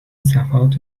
صفحات